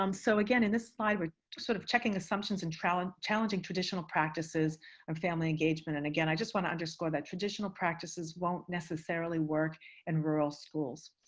um so again, in this slide, we're sort of checking assumptions and challenging challenging traditional practices and family engagement. and again, i just want to underscore that traditional practices won't necessarily work in rural schools.